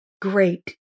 Great